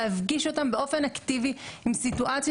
להפגיש אותם באופן אקטיבי עם סיטואציה